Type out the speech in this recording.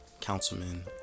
Councilman